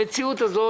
המציאות הזאת,